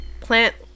plant